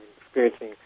experiencing